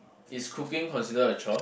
is cooking consider a chore